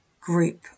group